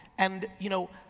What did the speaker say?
and you know,